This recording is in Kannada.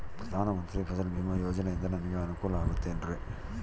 ಪ್ರಧಾನ ಮಂತ್ರಿ ಫಸಲ್ ಭೇಮಾ ಯೋಜನೆಯಿಂದ ನನಗೆ ಅನುಕೂಲ ಆಗುತ್ತದೆ ಎನ್ರಿ?